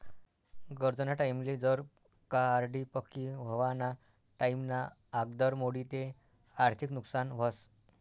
गरजना टाईमले जर का आर.डी पक्की व्हवाना टाईमना आगदर मोडी ते आर्थिक नुकसान व्हस